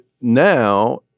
now